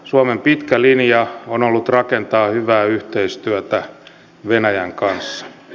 suomen pitkä linja on ollut rakentaa hyvää yhteistyötä venäjän kanssa